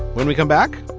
when we come back,